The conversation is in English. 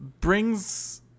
brings